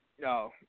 No